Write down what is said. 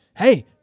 Hey